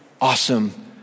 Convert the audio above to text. awesome